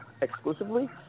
exclusively